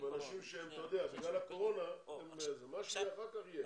אנשים שבגלל הקורונה הם מה שיהיה אחר כך יהיה.